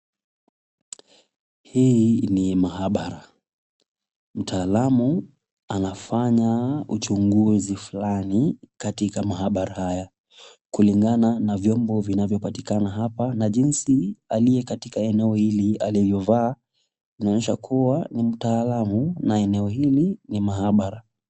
Hii ni maabara. Mtaalamu anafanya uchunguzi fulani katika maabara haya. Kulingana na vyombo vinavyopatikana hapa na jinsi aliye katika eneo hili alilovaa inaonyesha kuwa ni mtaalamu na eneo hili ni maabara.